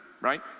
right